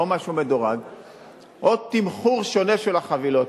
או תמחור שונה של החבילות.